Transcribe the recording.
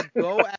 go